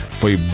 foi